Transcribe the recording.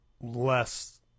less